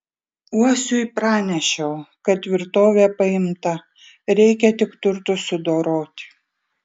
uosiui pranešiau kad tvirtovė paimta reikia tik turtus sudoroti